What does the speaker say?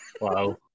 Wow